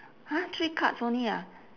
!huh! three cards only ah